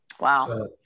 Wow